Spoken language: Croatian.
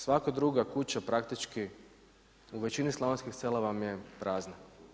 Svaka druga kuća praktički u većini slavonskih sela vam je prazna.